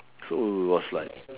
so was like